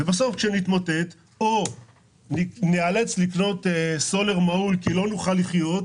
כשנתמוטט ונאלץ לקנות סולר מהול כי לא נוכל לחיות,